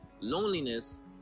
loneliness